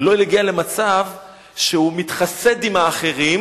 שלא יגיע למצב שהוא מתחסד עם האחרים